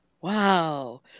Wow